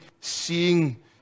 seeing